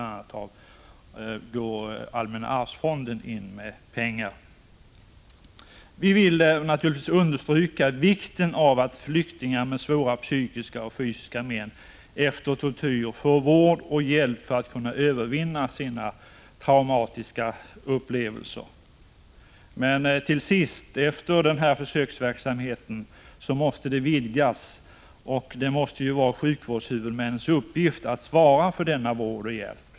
a. går allmänna arvsfonden in med pengar. Vi vill naturligtvis understryka vikten av att flyktingar med svåra fysiska och psykiska men efter tortyr får vård och hjälp för att övervinna sina traumatiska upplevelser. Men efter denna försöksverksamhet måste det vara sjukvårdshuvudmännens uppgift att svara för denna vård och hjälp.